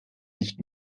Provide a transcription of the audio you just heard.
nicht